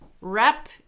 Wrap